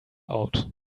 out